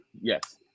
Yes